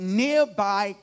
nearby